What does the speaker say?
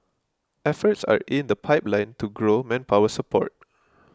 efforts are in the pipeline to grow manpower support